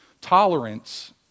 tolerance